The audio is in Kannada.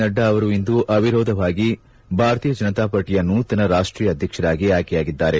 ನಡ್ಡಾ ಅವರು ಇಂದು ಅವಿರೋಧವಾಗಿ ಭಾರತೀಯ ಜನತಾಪಾರ್ಟಿಯ ನೂತನ ರಾಷ್ಟೀಯ ಅಧ್ಯಕ್ಷರಾಗಿ ಆಯ್ತೆಯಾಗಿದ್ದಾರೆ